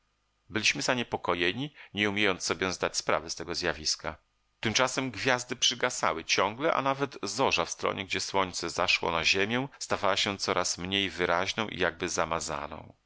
byliśmy zaniepokojeni nie umiejąc sobie zdać sprawy z tego zjawiska tymczasem gwiazdy przygasały ciągle a nawet zorza w stronie gdzie słońce zaszło na ziemię stawała się coraz mniej wyraźną i jakby zamazaną